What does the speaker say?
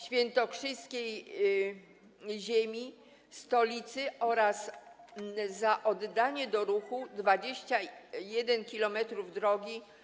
świętokrzyskiej ziemi, stolicy oraz za oddanie do ruchu 21 km drogi.